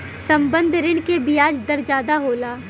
संबंद्ध ऋण के बियाज दर जादा होला